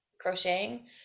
crocheting